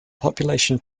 population